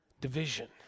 division